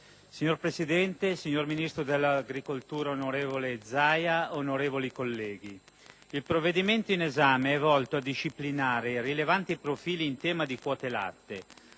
Signora Presidente, signor Ministro dell'agricoltura, onorevole Zaia, onorevoli colleghi, il provvedimento in esame è volto a disciplinare rilevanti profili in tema di quote latte